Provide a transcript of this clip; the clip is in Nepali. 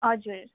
हजुर